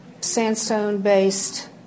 sandstone-based